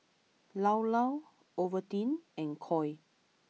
Llao Llao Ovaltine and Koi